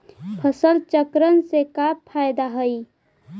फसल चक्रण से का फ़ायदा हई?